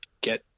get